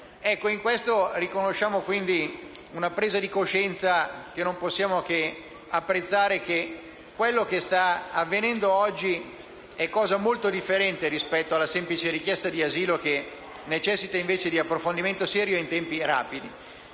In questo riconosciamo la presa di coscienza, che non possiamo che apprezzare, che quanto sta avvenendo oggi è molto differente rispetto alla semplice richiesta di asilo, che necessita invece di approfondimento serio in tempi rapidi.